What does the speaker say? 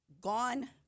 gone